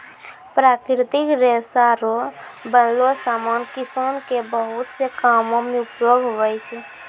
प्राकृतिक रेशा रो बनलो समान किसान के बहुत से कामो मे उपयोग हुवै छै